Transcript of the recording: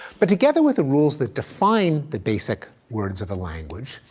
but together with the rules that define the basic words of a language,